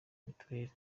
mitiweli